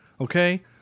okay